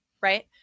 right